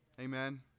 Amen